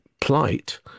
plight